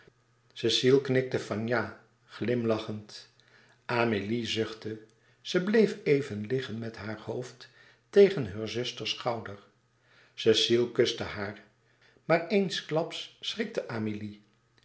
cecile knikte van ja glimlachend amélie zuchtte ze bleef even liggen met haar hoofd tegen heur zusters schouder cecile kuste haar maar eensklaps schrikte amélie